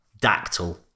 Dactyl